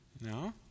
No